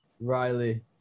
Riley